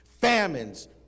famines